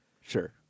Sure